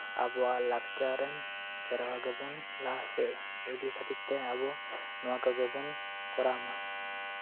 ᱟᱵᱚᱣᱟᱜ ᱞᱟᱠᱪᱟᱨ ᱟᱱ ᱥᱮᱨᱣᱟ ᱜᱮᱵᱚᱱ ᱞᱟᱦᱟ ᱥᱮᱜ ᱤᱫᱤ ᱠᱷᱟᱹᱛᱤᱨ ᱛᱮ ᱟᱵᱚ ᱱᱚᱣᱟ ᱠᱚᱜᱮ ᱵᱚᱱ ᱠᱚᱨᱟᱣ ᱢᱟ